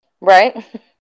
Right